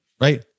Right